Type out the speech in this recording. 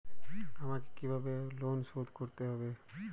আমাকে কিভাবে লোন শোধ করতে হবে?